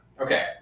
Okay